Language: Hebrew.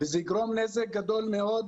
וזה יגרום נזק גדול מאוד.